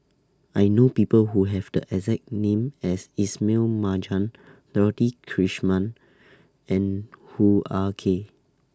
I know People Who Have The exact name as Ismail Marjan Dorothy Krishnan and Hoo Ah Kay